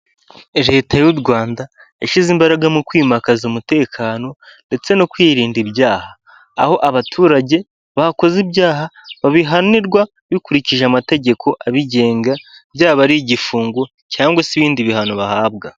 Leta y'u Rwanda yashyize imbaraga mu kwimakaza umutekano ndetse no kwirinda ibyaha, aho abaturage bakoze ibyaha babihanirwa bikurikije amategeko abigenga, byaba ari igifungo cyangwa se ibindi bihano bahabwa.